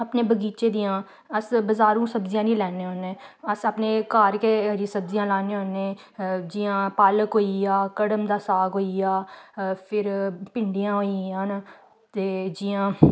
अपने बगीचे दियां अस बजारू सब्जियां निं लैन्ने होन्ने अस अपने घर गै हरी सब्जियां लान्ने होन्ने जि'यां पालक होई गेआ कड़म दा साग होई गेआ फिर भिंडियां होई गेइयां न ते जियां